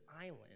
island